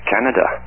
Canada